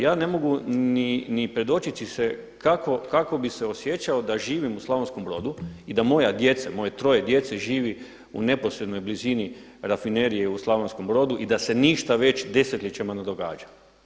Ja ne mogu ni predočiti si kako bi se osjećao da živim u Slavonskom Brodu i da moja djeca, moje troje djece živi u neposrednoj blizini Rafinerije u Slavonskom Brodu i da se ništa već desetljećima ne događa.